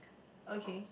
okay